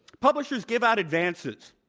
publishers give out advances.